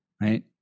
Right